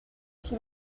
sous